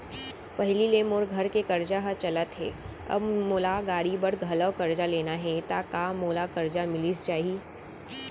पहिली ले मोर घर के करजा ह चलत हे, अब मोला गाड़ी बर घलव करजा लेना हे ता का मोला करजा मिलिस जाही?